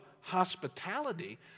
hospitality